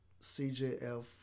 CJF